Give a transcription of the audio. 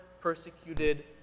persecuted